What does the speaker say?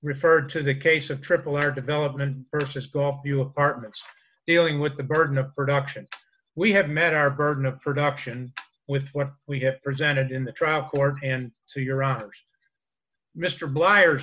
referred to the case of triple her development versus go through apartments dealing with the burden of production we have met our burden of production with what we have presented in the trial court and so you're on mr blair